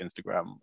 instagram